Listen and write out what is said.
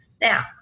Now